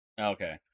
Okay